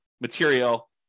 material